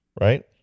Right